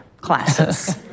classes